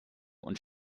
und